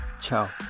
Ciao